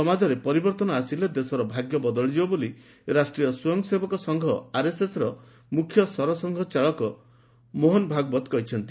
ସମାଜରେ ପରିବର୍ଭନ ଆସିଲେ ଦେଶର ଭାଗ୍ୟ ବଦଳିଯିବ ବୋଲି ରାଷ୍ଟୀୟ ସ୍ୱୟଂସେବକ ସଂଘ ଆର୍ଏସ୍ଏସ୍ର ମୁଖ୍ୟ ସରସଂଘ ଚାଳକ ମୋହନ ଭାଗବତ କହିଛନ୍ତି